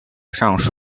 上述